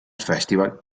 festival